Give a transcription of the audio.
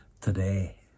today